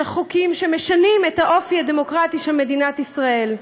חוקים שמשנים את האופי הדמוקרטי של מדינת ישראל,